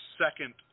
second